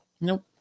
Nope